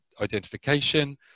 identification